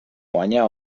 guanyà